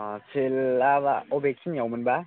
अह सेल लाबा अबे खिनियावमोन बा